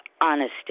honesty